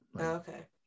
okay